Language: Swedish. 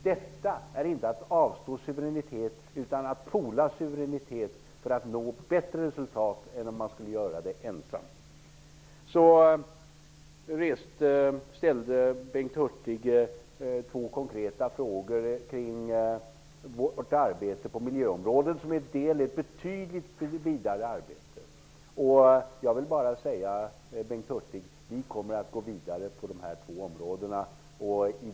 Detta är inte att avstå suveränitet, utan att ''poola'' suveränitet för att nå bättre resultat än om man skulle göra det ensam. Bengt Hurtig ställde två konkreta frågor kring vårt arbete på miljöområdet som en del i ett betydligt vidare arbete. Vi kommer att gå vidare på dessa två områden, Bengt Hurtig.